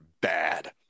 bad